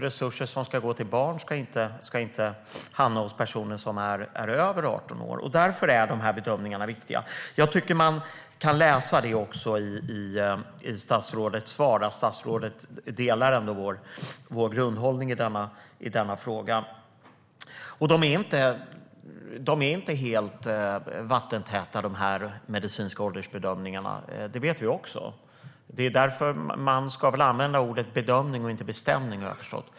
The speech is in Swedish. Resurser som ska gå till barn ska inte hamna hos personer som är över 18 år. Därför är bedömningarna viktiga. Jag tycker också att det framgick av statsrådets svar att statsrådet delar vår grundhållning i frågan. De medicinska åldersbedömningarna är inte helt vattentäta. Det vet vi. Det är därför man ska använda ordet bedömning och inte bestämning, har jag förstått.